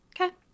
Okay